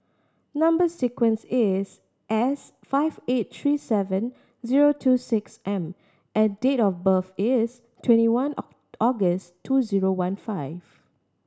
number sequence is S five eight three seven zero two six M and date of birth is twenty one August two zero one five